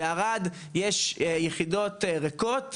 בערד יש יחידות ריקות,